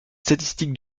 statistiques